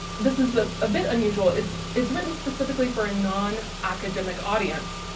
this is ah a bit unusual. it's it's written specifically for a non-academic audience,